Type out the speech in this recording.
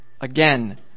Again